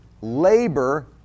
labor